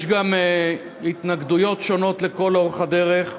יש גם התנגדויות שונות לאורך כל הדרך,